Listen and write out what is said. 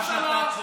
לא נהוג במעמד שלך.